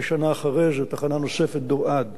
כשנה אחרי זה, תחנה נוספת, "דוראד",